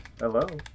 Hello